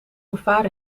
gevaar